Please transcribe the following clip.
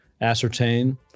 ascertain